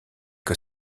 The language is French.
que